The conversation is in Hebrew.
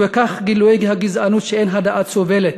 וכן גילויי גזענות שאין הדעת סובלת,